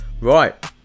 Right